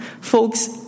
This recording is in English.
Folks